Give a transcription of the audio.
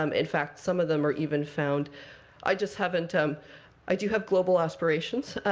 um in fact, some of them are even found i just haven't um i do have global aspirations,